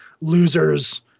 losers